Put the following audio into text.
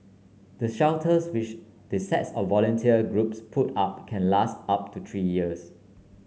the shelters which the sets of volunteer groups put up can last up to three years